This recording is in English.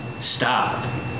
Stop